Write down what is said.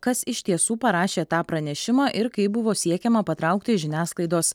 kas iš tiesų parašė tą pranešimą ir kaip buvo siekiama patraukti žiniasklaidos